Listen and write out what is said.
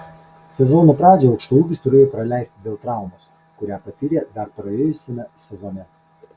sezono pradžią aukštaūgis turėjo praleisti dėl traumos kurią patyrė dar praėjusiame sezone